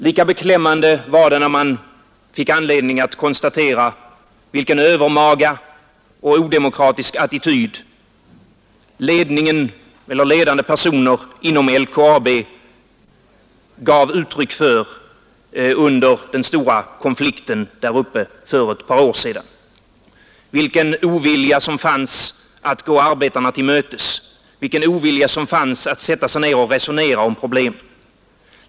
Lika beklämmande var det när man fick anledning att konstatera vilken övermaga och odemokratisk attityd ledande personer inom LKAB gav uttryck för under den stora konflikten där uppe för ett par år sedan, vilken ovilja som fanns att gå arbetarna vill mötes, vilken ovilja som fanns att sätta sig ner och resonera om problemen.